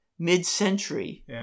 mid-century